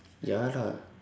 ya lah